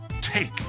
take